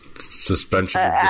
suspension